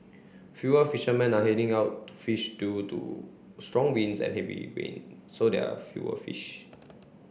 fewer fishermen are heading out to fish due to strong winds and heavy rain so there are fewer fish